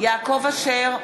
יעקב אשר,